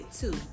two